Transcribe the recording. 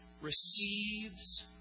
receives